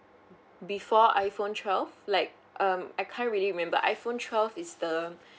before iPhone twelve like um I can't really remember iPhone twelve is the